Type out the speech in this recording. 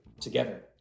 together